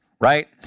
right